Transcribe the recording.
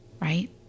right